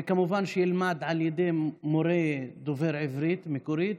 וכמובן שילמד ממורה דובר עברית מקורית,